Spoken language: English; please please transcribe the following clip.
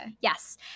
Yes